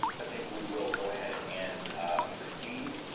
i think we will go ahead and proceed.